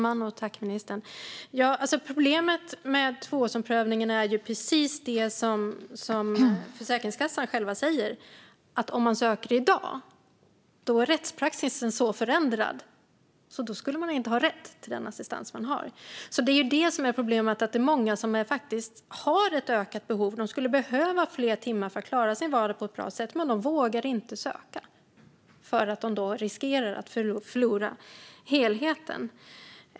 Fru talman! Problemet med tvåårsomprövningen är precis det som Försäkringskassan själv säger: Om man söker i dag är rättspraxis så förändrad att man inte skulle ha rätt till den assistans man har. Det är problemet. Många har faktiskt ett ökat behov och skulle behöva fler timmar för att klara sin vardag på ett bra sätt, men de vågar inte söka eftersom de då riskerar att förlora helheten.